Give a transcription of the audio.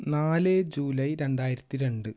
നാല് ജൂലൈ രണ്ടായിരത്തി രണ്ട്